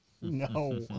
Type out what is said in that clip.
No